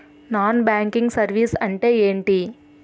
Non banking services అంటే ఎంటి?